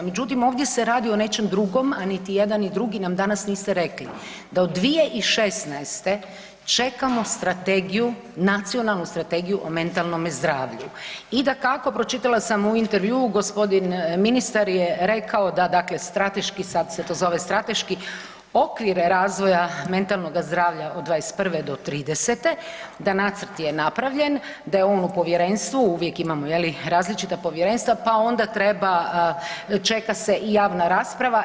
Međutim, ovdje se radi o nečem drugom, a niti jedan i drugi nam danas niste rekli da od 2016. čekamo strategiju, Nacionalnu strategiju o mentalnome zdravlju i dakako pročitala sam u intervjuu g. ministar je rekao da dakle strateški, sad se to zove strateški, okvire razvoja mentalnoga zdravlja od '21. do '30., da nacrt je napravljen, da je on u povjerenstvu, uvijek imamo je li različita povjerenstva, pa onda treba, čeka se i javna rasprava.